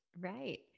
right